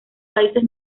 países